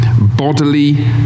bodily